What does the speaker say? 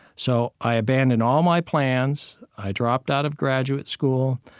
so i abandoned all my plans, i dropped out of graduate school,